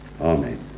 Amen